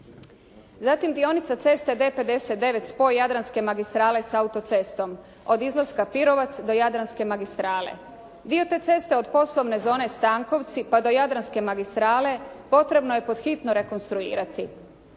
Zatim, dionica ceste B59 spoj Jadranske magistrale s autocestom od izlaska Pirovac do Jadranske magistrale. Dio te ceste od poslovne zone Stankovci pa do Jadranske magistrale potrebno je hitno rekonstruirati.